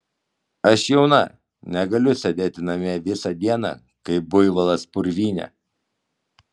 aš jauna negaliu sėdėti namie visą dieną kaip buivolas purvyne